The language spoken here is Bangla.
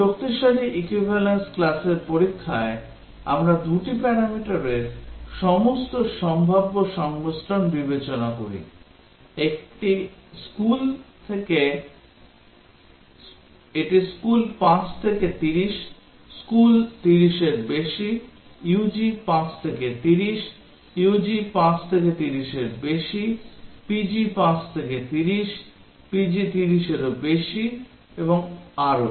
শক্তিশালী equivalence classর পরীক্ষায় আমরা দুটি প্যারামিটারের সমস্ত সম্ভাব্য সংমিশ্রণ বিবেচনা করি এটি স্কুল 5 থেকে 30 স্কুল 30 র বেশি UG 5 থেকে 30 UG 5 থেকে 30 র বেশি PG 5 থেকে 30 PG 30 এরও বেশি এবং আরও